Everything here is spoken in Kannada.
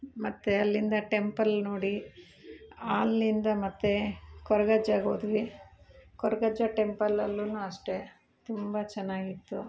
ಮತ್ತು ಅಲ್ಲಿಂದ ಟೆಂಪಲ್ ನೋಡಿ ಆಲ್ಲಿಂದ ಮತ್ತು ಕೊರಗಜ್ಜಗೆ ಹೋದ್ವಿ ಕೊರಗಜ್ಜ ಟೆಂಪಲ್ ಅಲ್ಲು ಅಷ್ಟೆ ತುಂಬ ಚೆನ್ನಾಗಿತ್ತು